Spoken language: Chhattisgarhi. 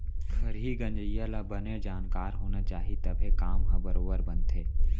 खरही गंजइया ल बने जानकार होना चाही तभे काम ह बरोबर बनथे